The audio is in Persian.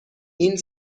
این